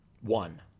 One